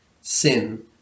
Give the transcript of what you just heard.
sin